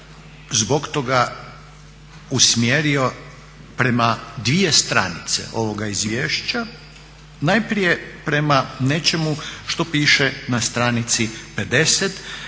zbog toga usmjerio prema dvije stranice ovoga izvješća, najprije prema nečemu što piše na stranici 50